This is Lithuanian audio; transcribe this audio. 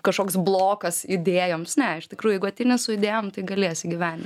kažkoks blokas idėjoms ne iš tikrųjų jeigu ateini su idėjom tai galėsi įgyvendin